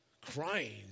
crying